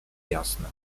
jasno